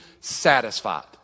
satisfied